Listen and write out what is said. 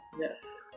yes